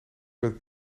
met